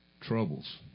troubles